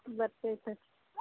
ಬರ್ತೇವೆ ಸರ್